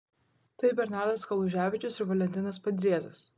tai bernardas kaluževičius ir valentinas padriezas